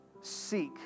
seek